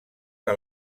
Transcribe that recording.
que